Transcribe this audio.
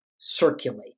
circulate